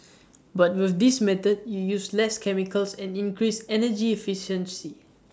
but with this method you use less chemicals and increase energy efficiency